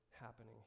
happening